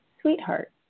Sweetheart